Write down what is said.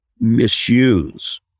misuse